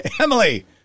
Emily